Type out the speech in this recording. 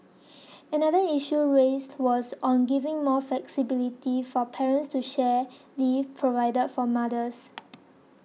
another issue raised was on giving more flexibility for parents to share leave provided for mothers